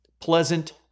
Pleasant